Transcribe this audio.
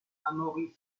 amaury